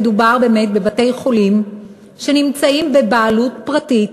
מדובר באמת בבתי-חולים שנמצאים בבעלות פרטית,